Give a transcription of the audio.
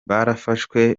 barafashwe